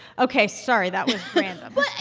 ok. sorry. that was random well,